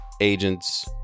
Agents